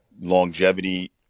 longevity